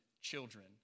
children